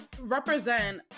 represent